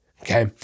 Okay